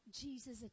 Jesus